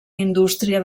indústria